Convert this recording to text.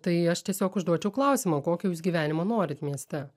tai aš tiesiog užduočiau klausimą kokio jūs gyvenimo norit mieste